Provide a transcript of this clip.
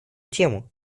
тему